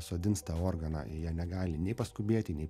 sodins tą organą jie negali nei paskubėti nei